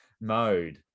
mode